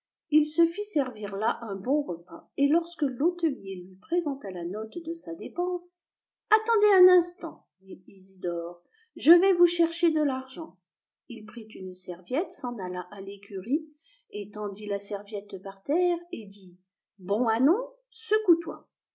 il se lit servir là un bon repas et lorsque l'hôtelier lui présenta la note de sa dépense attendez un instant dit isidore je vais vous chercher de l'argent il prit une serviette s'en alla à l'écurie étendit la serviette par terre et dit bon ânon secoue toi